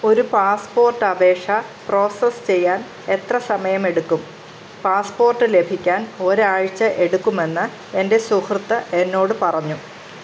ഒരു പാസ്പോട്ട് അപേക്ഷ പ്രോസസ്സ് ചെയ്യാൻ എത്ര സമയമെടുക്കും പാസ്പോട്ട് ലഭിക്കാൻ ഒരു ആഴ്ച്ച എടുക്കുമെന്ന് എൻ്റെ സുഹൃത്ത് എന്നോട് പറഞ്ഞു